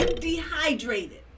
dehydrated